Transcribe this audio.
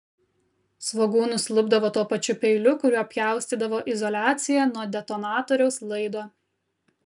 svogūnus lupdavo tuo pačiu peiliu kuriuo pjaustydavo izoliaciją nuo detonatoriaus laido